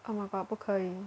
oh my god 不可以